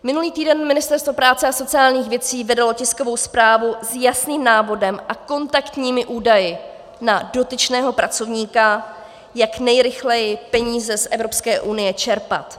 Minulý týden Ministerstvo práce a sociálních věcí vydalo tiskovou zprávu s jasným návodem a kontaktními údaji na dotyčného pracovníka, jak nejrychleji peníze z Evropské unie čerpat.